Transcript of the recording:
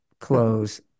close